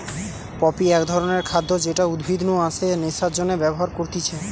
poppy এক ধরণের খাদ্য যেটা উদ্ভিদ নু আসে নেশার জন্যে ব্যবহার করতিছে